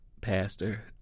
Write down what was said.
pastor